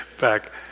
back